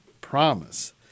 promise